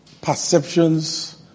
perceptions